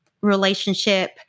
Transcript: relationship